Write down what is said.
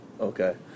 Okay